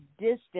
distance